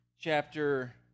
chapter